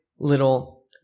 little